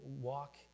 walk